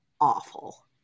awful